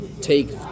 take